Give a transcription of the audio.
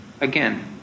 again